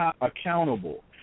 accountable